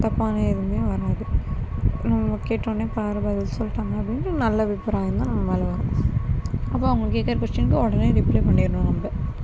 தப்பான எதுவுமே வராது நம்மள கேட்டோனே பார் பதில் சொல்லிட்டாங்க அப்படின்னு நல்ல அபிப்ராயம் தான் நம்ம மேல் வரும் அப்போ அவங்கள் கேக்கிற கொஷினுக்கு உடனே ரிப்ளை பண்ணிடணும் நம்ம